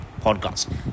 podcast